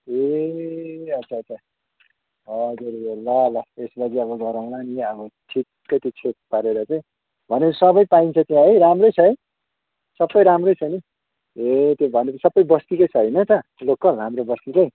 ए अच्छा अच्छा हजुर यो ल ल यसबाजी अब गरौँला नि अब ठिक्कै त्यो छेक पारेर चाहिँ भनेपछि सबै पाइन्छ त्यहाँ है राम्रै छ है सबै राम्रै छ नि ए त्यो भनेपछि सबै बस्तीकै छ होइन त लोकल हाम्रो बस्तीकै